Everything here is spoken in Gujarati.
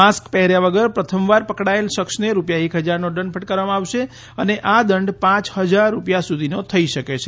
માસ્ક પહેર્યા વગર પ્રથમવાર પકડાયેલ સખ્સને રૂપિયા એક ફજારનો દંડ ફટકારવામાં આવશે અને આ દંડ પાંચ હજાર રૂપિયા સુધીનો થઇ શકે છે